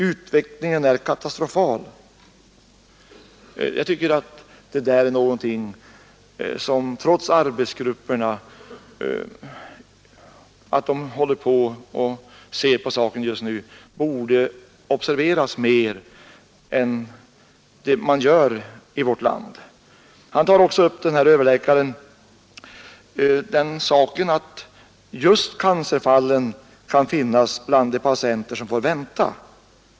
Utvecklingen är katastrofal.” Jag tycker detta är någonting som trots att arbetsgrupper håller på att se över frågan just nu borde observeras mer än vad man gör i vårt land. Den här överläkaren tar också upp det förhållandet att just cancerfallen kan finnas bland de patienter som får vänta.